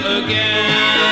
again